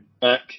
back